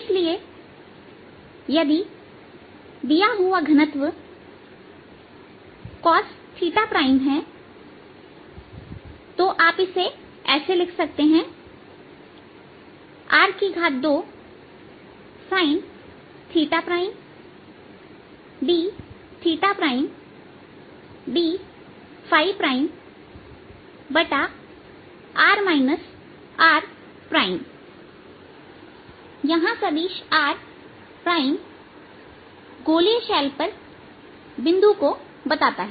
इसलिए यदि दिया हुआ घनत्वcos है तो आप इसे ऐसे लिख सकते हैं R2sinddr Rयहां सदिश r प्राइम गोलिय शैल पर बिंदु को बताता है